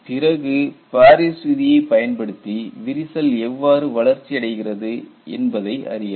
பிறகு பாரிஸ் விதியைப் பயன்படுத்தி விரிசல் எவ்வாறு வளர்ச்சி அடைகிறது என்பதை அறியலாம்